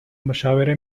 مشاوره